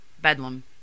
bedlam